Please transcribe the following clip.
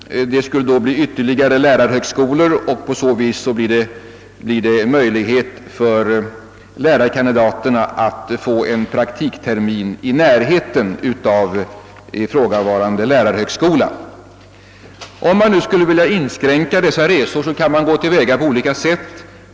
Det skulle bli ytterligare lärarhögskolor, och därigenom skulle lärarkandidaterna kunna få en praktiktermin i närheten av ifrågavarande lärarhögskola. Om man skulle vilja inskränka dessa resor, kan man gå till väga på olika sätt.